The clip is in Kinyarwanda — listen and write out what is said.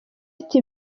ifite